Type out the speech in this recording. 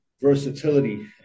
versatility